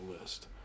list